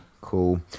Cool